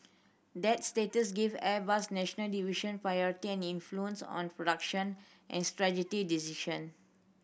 that status give Airbus's national division priority and influence on production and strategy decision